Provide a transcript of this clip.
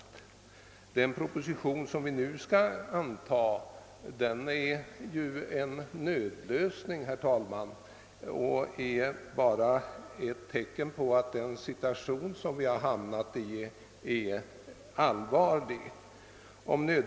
Den proposition som vi nu skall anta innebär ju, herr talman, en nödlösning och utgör bara ett bevis på att den situation som vi råkat i är allvarlig.